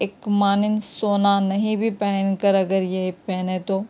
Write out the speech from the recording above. ایک مانند سونا نہیں بھی پہن کر اگر یہ پہنیں تو